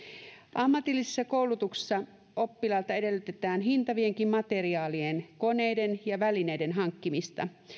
ammatillisessa koulutuksessa oppilaalta edellytetään hintavienkin materiaalien koneiden ja välineiden hankkimista